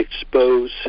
expose